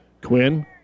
Quinn